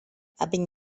abin